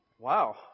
Wow